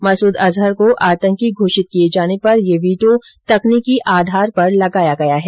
मसूद अजेहर को आतंकी घोषित किए जाने पर यह वीटो तकनीकी आधार पर लगाया गया है